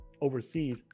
overseas